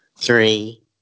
three